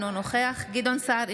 אינו נוכח גדעון סער,